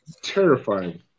terrifying